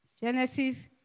Genesis